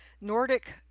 Nordic